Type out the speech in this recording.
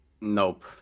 Nope